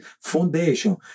foundation